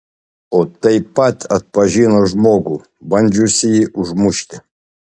oi taip pat atpažino žmogų bandžiusįjį užmušti